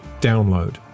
download